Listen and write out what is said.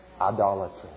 Idolatry